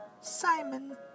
Simon